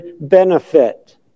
benefit